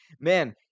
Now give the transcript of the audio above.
man